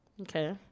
Okay